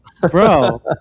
Bro